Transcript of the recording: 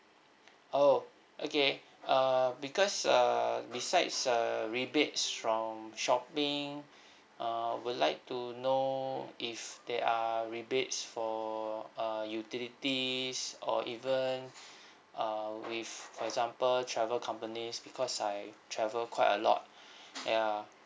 oh okay err because err besides err rebates from shopping err would like to know if there are rebates for uh utilities or even err with for example travel companies because I travel quite a lot ya